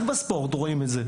רק בספורט רואים את זה.